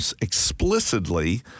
explicitly